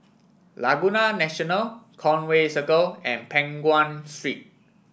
Laguna National Conway Circle and Peng Nguan Street